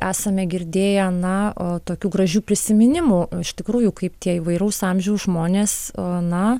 esame girdėję na o tokių gražių prisiminimų o iš tikrųjų kaip tie įvairaus amžiaus žmonės na